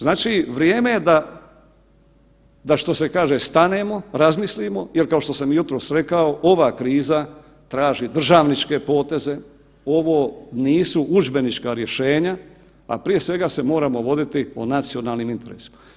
Znači, vrijeme je da, da što se kaže stanemo, razmislimo jel kao što sam i jutros rekao ova kriza traži državničke poteze, ovo nisu udžbenička rješenja, a prije svega se moramo voditi o nacionalnim interesima.